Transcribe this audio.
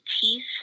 teeth